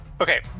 Okay